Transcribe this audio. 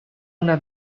una